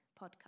podcast